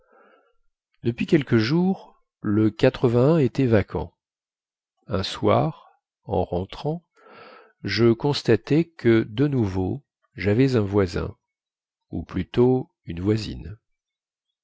depuis quelques jours le était vacant un soir en rentrant je constatai que de nouveau javais un voisin ou plutôt une voisine